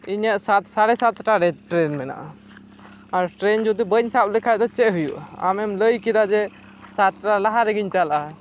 ᱤᱧᱟᱹᱜ ᱥᱟᱛ ᱥᱟᱲᱮ ᱥᱟᱛᱴᱟ ᱨᱮ ᱴᱨᱮᱹᱱ ᱢᱮᱱᱟᱜᱼᱟ ᱟᱨ ᱴᱨᱮᱹᱱ ᱡᱩᱫᱤ ᱵᱟᱹᱧ ᱥᱟᱵ ᱞᱮᱠᱷᱟᱱ ᱫᱚ ᱪᱮᱫ ᱦᱩᱭᱩᱜᱼᱟ ᱟᱢᱮᱢ ᱞᱟᱹᱭ ᱠᱮᱫᱟ ᱡᱮ ᱥᱟᱛᱴᱟ ᱞᱟᱦᱟ ᱨᱮᱜᱮᱧ ᱪᱟᱞᱟᱜᱼᱟ